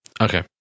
okay